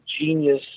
genius